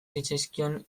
zitzaizkion